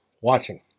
watching